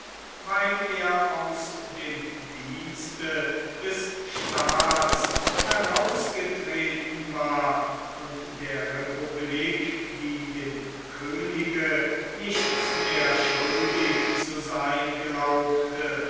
weil er aus dem dienste des staats herausgetreten war und der republik wie dem könige nichts mehr schuldig zu sein glaubte